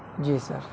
جی سر